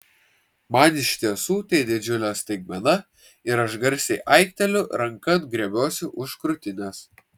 man iš tiesų tai didžiulė staigmena ir aš garsiai aikteliu ranka griebiuosi už krūtinės